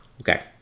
Okay